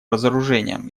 разоружением